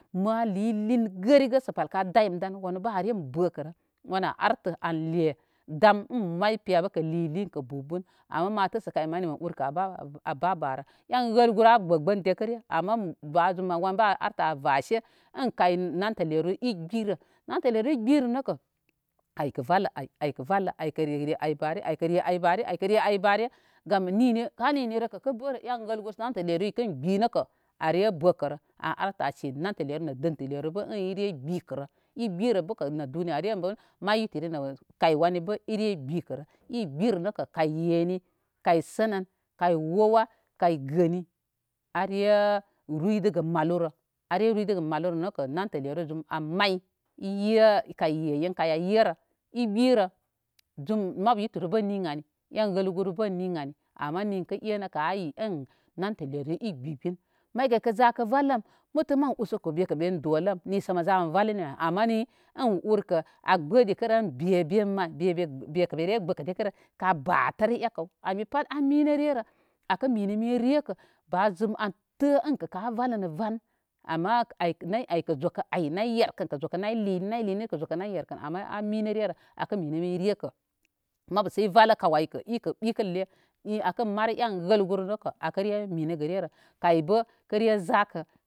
Ma lilin gəriəə sə bəl ka day mə dan wanu bə a reybəkərə le dam in kə lilin kə bobon mo ma təsə kay mani mən urkə abá bárə en wəl guru agbə gbən dikə re ama ba zum an artə an vase, namtə lere ɨ gbɨrə namtə lere ɨ gbirə nəkə ay kə vəllə, ay kə vəllə ay, aykə re ay bare, ay kə re ay bare gam ninni a ninnirəkə kə gərə en wəl namtə lere kəngbi nəkə are gəkərə an artə ansi namtə lere nə dəntə lere in ire gbikərə, i gbirə bəkə nə duniyarəre may witiri nə kay wani ire gbikərə, i gbirə nəkə. kay yeni kay tənən kay wowa, kaŋ gəni are ruy də gə mawrə are ruydəgə malu nə kə namtə lere zum an may iyee kay yeyen kayyerə im merə zum mabu yituru bə ən ni anni en wəl guru bə ən ni anni ama ninkə e nəkə en namtə lere i gbi gbin may kay kə za kə vallən mə tə mən usoku bekə min dolləm nisə mə za ma vallimi ama ni, un urkə a gbə dikərə in bé ben man bekə bere gbə kə dikərə sə ekaw abi pat a minə rerə akə minəmin rekə ba zum an tə ənkə a vallələ van ma, nay ay kə zokə kan nay yerkəl kə zokə nay lini, nay lini kə zokə nay yerkəl. Ama a minə rerə akə minə min rekə mabu sə i vallə kaw aykə i kə ɓikəlre ni akən mari en wəl guru akə re minəgə rerə kə re zakə.